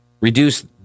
reduce